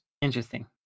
interesting